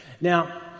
now